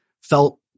felt